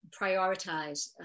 prioritize